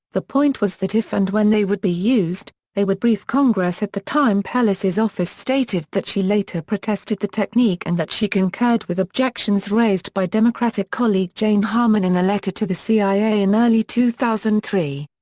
the point was that if and when they would be used, they would brief congress at that time pelosi's office stated that she later protested the technique and that she concurred with objections raised by democratic colleague jane harman in a letter to the cia in early two thousand and three.